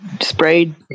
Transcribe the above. sprayed